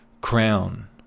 crown